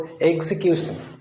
execution